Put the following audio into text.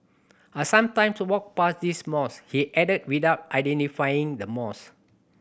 I sometimes walk past this mosque he added without identifying the mosque